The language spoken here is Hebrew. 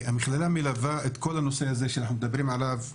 המכללה מלווה את כל הנושא הזה שאנחנו מדברים עליו,